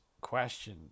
question